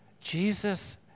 Jesus